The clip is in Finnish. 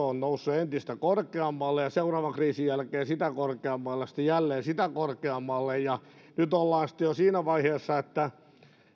on noussut entistä korkeammalle ja seuraavan kriisin jälkeen sitä korkeammalle sitten jälleen sitä korkeammalle ja nyt ollaan sitten jo siinä vaiheessa että